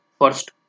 First